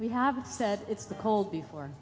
we have said it's the cold before